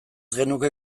genuke